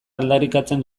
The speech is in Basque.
aldarrikatzen